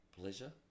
pleasure